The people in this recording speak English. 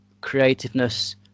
creativeness